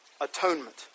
Atonement